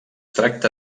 tracta